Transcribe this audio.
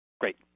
Great